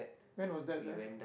when was that sia